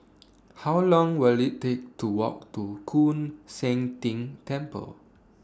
How Long Will IT Take to Walk to Koon Seng Ting Temple